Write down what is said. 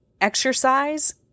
exercise